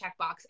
checkbox